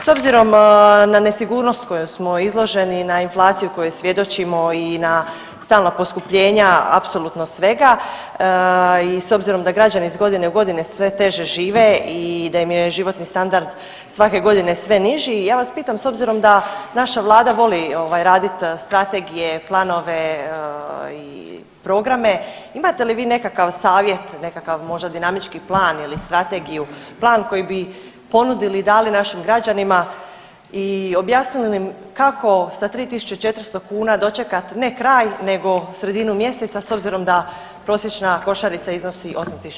S obzirom na nesigurnost kojom smo izloženi i na inflaciju kojom svjedočimo i na stalna poskupljenja apsolutna svega i s obzirom da građani iz godine u godine sve teže žive i da im je životni standard svake godine sve niži ja vas pitam s obzirom da naša vlada voli ovaj raditi strategije, planove i programe, imate li vi nekakav savjet nekakav možda dinamički plan ili strategiju, plan koji bi ponudili i dali našim građanima i objasnili im kako sa 3.400 kuna dočekati ne kraj nego sredinu mjeseca s obzirom da prosječna košarica iznosi 8.000 kuna.